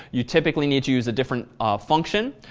you typically need to use a different function,